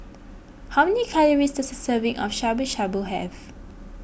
how many calories does a serving of Shabu Shabu have